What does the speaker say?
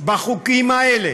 בחוקים האלה